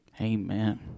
amen